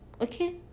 okay